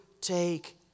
take